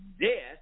death